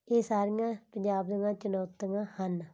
ਇਹ ਸਾਰੀਆਂ ਪੰਜਾਬ ਦੀਆਂ ਚੁਣੌਤੀਆਂ ਹਨ